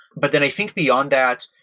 but then i think beyond that,